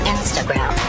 Instagram